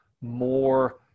more